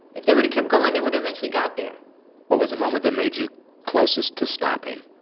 if they were to keep going, they would've eventually got there what was the moment that made you closest to stopping